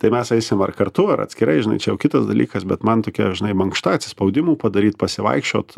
tai mes eisim ar kartu ar atskirai žinai čia jau kitas dalykas bet man tokia žinai mankšta atsispaudimų padaryt pasivaikščiot